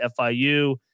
FIU